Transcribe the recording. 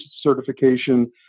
certification